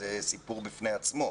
זה סיפור בפני עצמו.